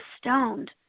stoned